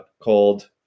called